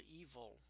Evil